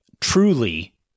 truly